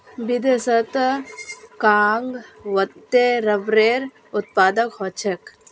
विदेशत कां वत्ते रबरेर उत्पादन ह छेक